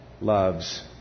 loves